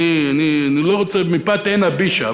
אני לא רוצה, מפאת עינא בישא.